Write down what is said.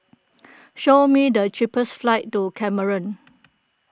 show me the cheapest flights to Cameroon